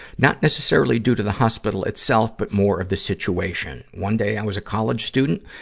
not necessarily due to the hospital itself, but more of the situation. one day i was a college student,